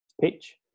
pitch